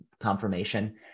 confirmation